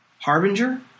Harbinger